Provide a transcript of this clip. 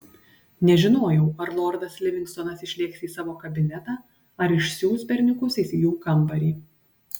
nežinojau ar lordas livingstonas išlėks į savo kabinetą ar išsiųs berniukus į jų kambarį